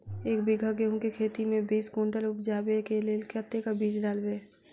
एक बीघा गेंहूँ खेती मे बीस कुनटल उपजाबै केँ लेल कतेक बीज डालबै?